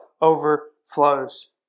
overflows